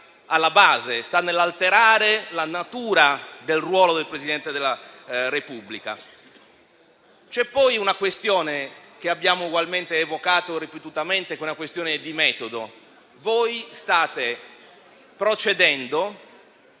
alla base: sta nell'alterare la natura del ruolo del Presidente della Repubblica. C'è poi una questione che abbiamo ugualmente evocato ripetutamente, che è di metodo. Voi state procedendo